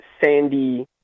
sandy